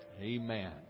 Amen